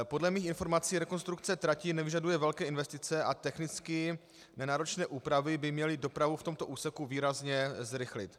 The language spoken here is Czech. Podle mých informací rekonstrukce trati nevyžaduje velké investice a technicky nenáročné úpravy by měly dopravu v tomto úseku výrazně zrychlit.